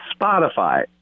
Spotify